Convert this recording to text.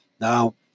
Now